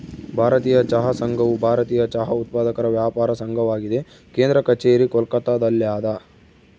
ಭಾರತೀಯ ಚಹಾ ಸಂಘವು ಭಾರತೀಯ ಚಹಾ ಉತ್ಪಾದಕರ ವ್ಯಾಪಾರ ಸಂಘವಾಗಿದೆ ಕೇಂದ್ರ ಕಛೇರಿ ಕೋಲ್ಕತ್ತಾದಲ್ಯಾದ